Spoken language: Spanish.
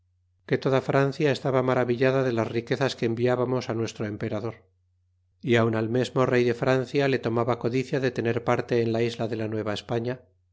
que toda francia estaba maravillada de las riquezas que enviábamos nuestro gran emperador y aun al mesmo rey de francia le tomaba codicia de tener parte en la isla de la